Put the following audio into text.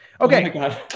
Okay